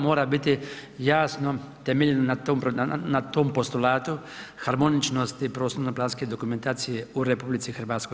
Mora biti jasno temeljeno na tom postulatu harmoničnosti prostorno planske dokumentacije u RH.